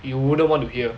you wouldn't want to hear